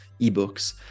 eBooks